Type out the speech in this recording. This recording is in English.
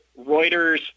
Reuters –